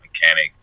mechanic